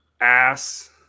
Ass